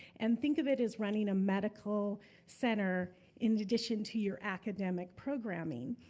and think of it as running a medical center in addition to your academic programming.